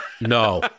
No